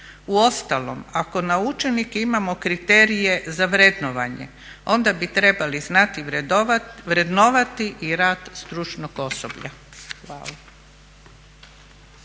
U ostalom ako na učenike imamo kriterije za vrednovanje onda bi trebali znati vrednovati i rad stručnog osoblja.